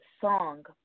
Song